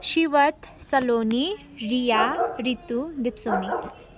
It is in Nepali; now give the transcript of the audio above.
सिवात सलोनी रिया ऋतु दिपसोनी